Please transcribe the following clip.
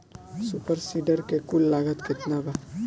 Super seeder के कुल लागत केतना बा?